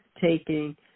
taking